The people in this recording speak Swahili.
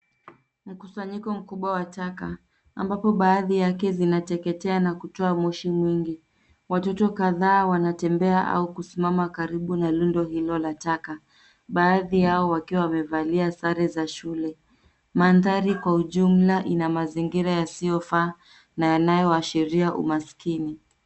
Mkusanyiko mkubwa wa taka ambapo baadhi yake zinateketea na kutoa moshi mwingi. Watoto kadhaa wanatembea au kusimama karibu na rundo hilo la taka, baadhi yao wakiwa wamevalia sare za shule. Mandhari kwa ujumla ina mazingira yasiyofaa na yanayoashiria umaskini.